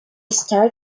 started